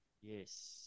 Yes